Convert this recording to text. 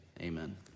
amen